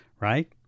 right